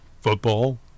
football